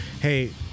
hey